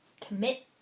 commit